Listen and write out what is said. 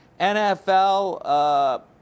NFL